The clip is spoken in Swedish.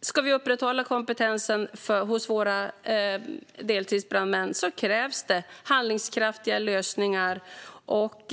Ska vi upprätthålla kompetensen hos våra deltidsbrandmän krävs det handlingskraftiga lösningar,